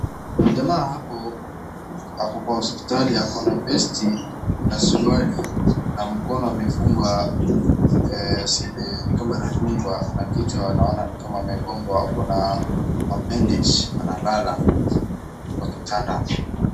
Kuna jamaa hapo ako kwa hospitali ako na vesti na suruali na mkono amefungwa nikama amedungwa na kichwa naona ni kama amegongwa ako na bandage na analala kwa kitanda.